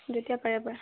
যেতিয়া পাৰে পুৰা